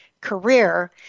career